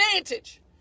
advantage